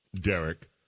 Derek